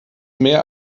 mehr